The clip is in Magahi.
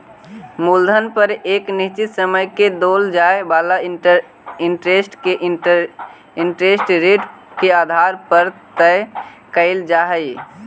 मूलधन पर एक निश्चित समय में देल जाए वाला इंटरेस्ट के इंटरेस्ट रेट के आधार पर तय कईल जा हई